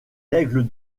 laigle